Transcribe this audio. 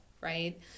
Right